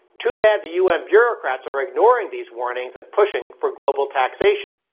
too bad the u n. bureaucrats are ignoring these warnings and pushing for global taxation.